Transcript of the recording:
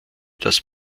das